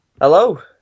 Hello